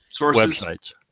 Websites